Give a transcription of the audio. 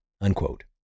unquote